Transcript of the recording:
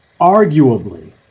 arguably